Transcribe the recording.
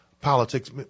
politics